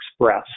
Express